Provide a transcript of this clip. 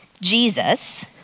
Jesus